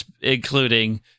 including